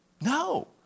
No